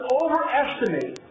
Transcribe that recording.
overestimate